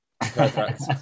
Perfect